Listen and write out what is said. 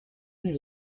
many